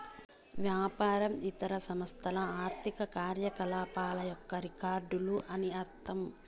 వ్యాపారం ఇతర సంస్థల ఆర్థిక కార్యకలాపాల యొక్క రికార్డులు అని అర్థం